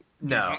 No